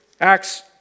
Acts